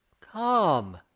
come